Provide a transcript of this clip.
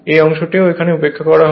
এই অংশটিও এখানে উপেক্ষা করা হয়